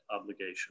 obligation